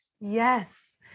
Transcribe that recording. Yes